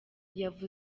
yakomeje